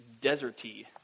deserty